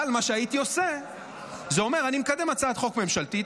אבל מה שהייתי עושה זה אומר: אני מקדם הצעת חוק ממשלתית,